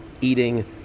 eating